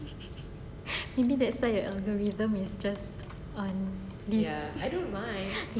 maybe that's why your algorithm is just on this yes ya